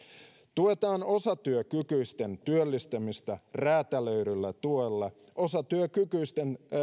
tuetaan osatyökykyisten työllistämistä räätälöidyllä tuella osatyökykyisten